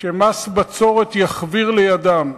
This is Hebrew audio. שמס הבצורת יחוויר לידם.